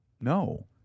No